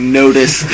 notice